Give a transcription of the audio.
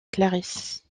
clarisse